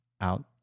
out